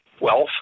wealth